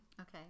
Okay